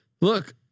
look